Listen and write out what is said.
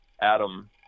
Adam